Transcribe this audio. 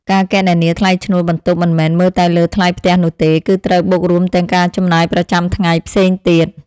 ការគណនាថ្លៃឈ្នួលបន្ទប់មិនមែនមើលតែលើថ្លៃផ្ទះនោះទេ គឺត្រូវបូករួមទាំងការចំណាយប្រចាំថ្ងៃផ្សេងទៀត។